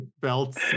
belts